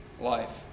life